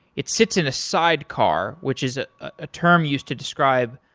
it sits in a sidecar which is ah a term used to describe,